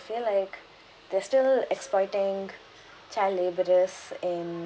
feel like they're still exploiting child labourers in